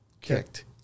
kicked